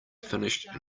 finished